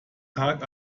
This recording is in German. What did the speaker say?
tag